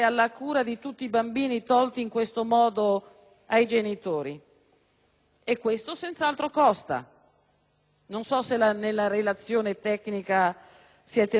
e questo senz'altro costa. Non so se nella relazione tecnica si è tenuto conto di tale aspetto in maniera adeguata.